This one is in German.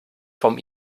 vom